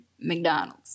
McDonald's